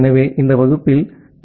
எனவே இந்த வகுப்பில் டி